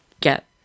get